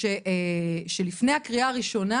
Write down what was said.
שלפני הקריאה הראשונה